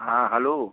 हाँ हलो